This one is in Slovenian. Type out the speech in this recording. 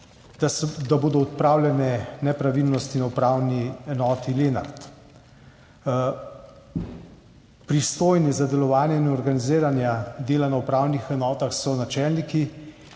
da bodo odpravljene nepravilnosti na Upravni enoti Lenart. Pristojni za delovanje in organiziranje dela na upravnih enotah so načelniki